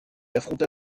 affronta